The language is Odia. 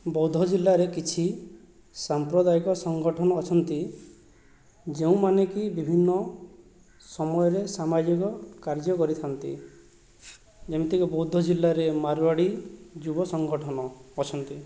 ବୌଦ୍ଧ ଜିଲ୍ଲାରେ କିଛି ସାମ୍ପ୍ରଦାୟକ ସଂଗଠନ ଅଛନ୍ତି ଯେଉଁମାନେ କି ବିଭିନ୍ନ ସମୟରେ ସାମାଜିକ କାର୍ଯ୍ୟ କରିଥାନ୍ତି ଯେମିତିକି ବୌଦ୍ଧ ଜିଲ୍ଲାରେ ମାରୁଆଡ଼ି ଯୁବ ସଂଗଠନ ଅଛନ୍ତି